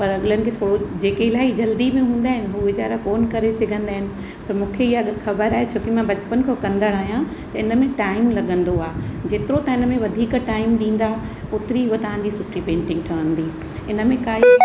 पर अॻिलनि खे थोरो जेके इलाही जल्दी में हूंदा आहिनि हू वीचारा कोन करे सघंदा आहिनि त मूंखे इहा ख़बर आहे छो कि मां बचपन खां कंदड़ आहियां त हिन में टाइम लॻंदो आहे जेतिरो तव्हां हिन में वधीक टाइम ॾींदा ओतिरी हूअं तव्हांजी सुठी पेंटिंग ठहंदी हिन में काई बि